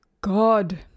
god